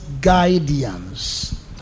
guidance